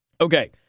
Okay